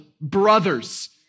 brothers